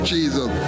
Jesus